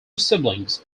siblings